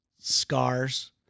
scars